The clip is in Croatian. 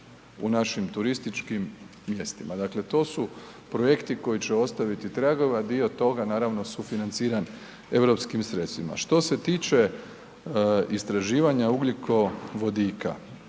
u našim turističkim mjestima, dakle to su projekti koji će ostaviti tragova. Dio toga, naravno, sufinanciran europskim sredstvima. Što se tiče istraživanja ugljikovodika.